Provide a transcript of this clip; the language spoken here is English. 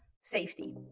safety